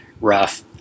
rough